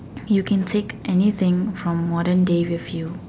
you can take anything from modern days with you